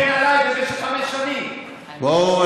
הוא הגן עליי במשך חמש שנים, פתאום הוא